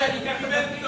החליטו,